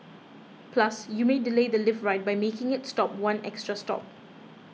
plus you may delay the lift ride by making it stop one extra stop